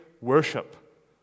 worship